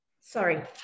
sorry